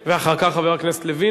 חבר הכנסת זאב,